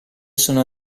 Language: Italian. sono